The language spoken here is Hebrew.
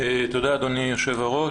תודה אדוני היושב ראש.